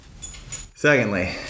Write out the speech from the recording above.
Secondly